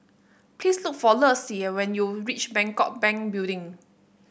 please look for Lexie when you reach Bangkok Bank Building